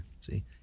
see